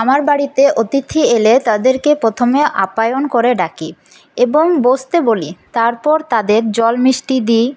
আমার বাড়িতে অতিথি এলে তাঁদেরকে প্রথমে আপ্যায়ন করে ডাকি এবং বসতে বলি তারপর তাঁদের জল মিষ্টি দিই